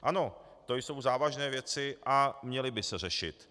Ano, to jsou závažné věci a měly by se řešit.